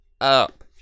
up